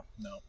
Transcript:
no